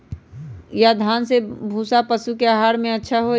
या धान के भूसा पशु के आहार ला अच्छा होई?